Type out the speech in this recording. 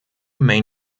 main